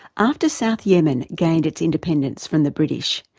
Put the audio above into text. after south yemen gained its independence from the british,